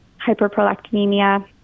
hyperprolactinemia